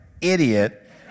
idiot